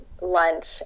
lunch